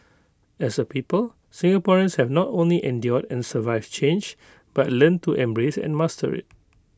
as A people Singaporeans have not only endured and survived change but learned to embrace and master IT